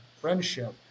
friendship